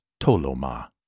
Toloma